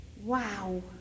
Wow